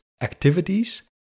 activities